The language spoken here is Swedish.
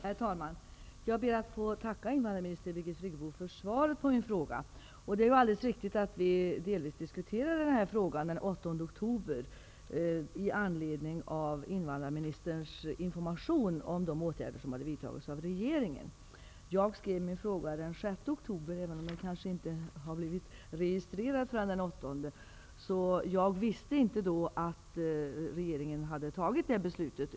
Herr talman! Jag ber att få tacka invandrarminister Birgit Friggebo för svaret på min fråga. Det är alldeles riktigt att vi delvis diskuterade den här frågan den 8 oktober i anledning av invandrarministerns information om de åtgärder som regeringen hade vidtagit. Jag skrev min fråga den 6 oktober, även om den kanske inte blev registrerad förrän den 8. Jag visste inte då att regeringen hade fattat beslut i ärendet.